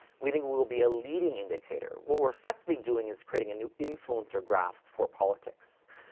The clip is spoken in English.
we think we will be a leading indicator. what we're effectively doing is creating a new influencer graph for politics.